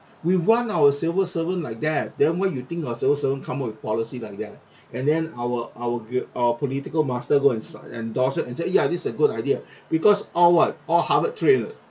we want our civil servant like that then why you think our civil servant come up with policy like that and then our our uh our political master go and sign endorse it and said ya this is a good idea because all what all harvard-trained [what]